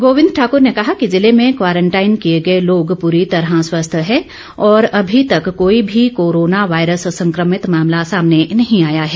गोविंद ठाकर ने कहा कि जिले में क्वारंटाइन किए गए लोग पूरी तरह स्वस्थ हैं और अभी तक कोई भी कोरोना वायरस संक्रमित मामला सामने नहीं आया है